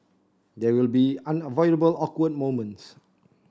there will be unavoidable awkward moments